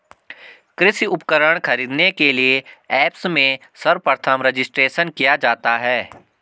कृषि उपकरण खरीदने के लिए ऐप्स में सर्वप्रथम रजिस्ट्रेशन किया जाता है